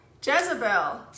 jezebel